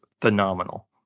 phenomenal